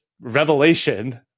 revelation